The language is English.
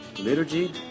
liturgy